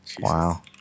Wow